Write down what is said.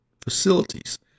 facilities